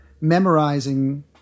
memorizing